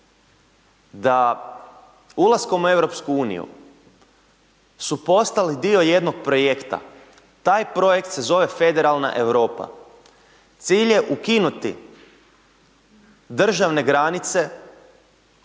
da ulaskom u EU su postali dio jednog projekta, taj projekt se zove federalna Europa. cilj je ukinuti državne granice